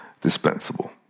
dispensable